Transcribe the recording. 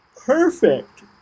Perfect